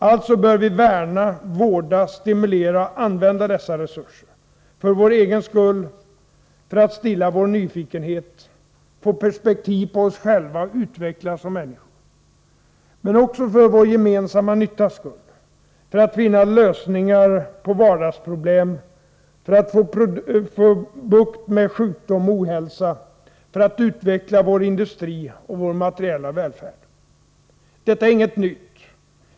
Alltså bör vi värna, vårda, stimulera och använda dessa resurser — för vår egen skull, för att stilla vår nyfikenhet, få perspektiv på oss själva och utvecklas som människor. Men vi bör också göra det för vår gemensamma nyttas skull — för att finna lösningar på vardagsproblem, för att få bukt med sjukdom och ohälsa och för att utveckla vår industri och vår materiella välfärd. Detta är inget nytt.